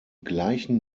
gleichen